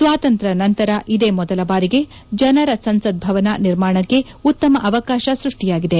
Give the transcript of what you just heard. ಸ್ಲಾತಂತ್ರ್ ನಂತರ ಇದೇ ಮೊದಲ ಬಾರಿಗೆ ಜನರ ಸಂಸತ್ ಭವನ ನಿರ್ಮಾಣಕ್ಕೆ ಉತ್ತಮ ಅವಕಾಶ ಸೃಷ್ಟಿಯಾಗಿದೆ